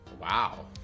Wow